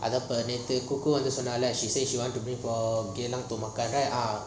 அப்போ நேத்து:apo neathu cuckoo வந்து சொன்னாலே:vanthu sonnala she say she want to bring us to geylang to makan right